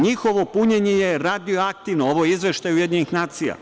NJihovo punjenje je radioaktivno, ovo je izveštaj UN.